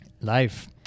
life